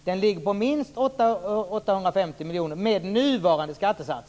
Den ligger på minst 850 miljoner med nuvarande skattesats.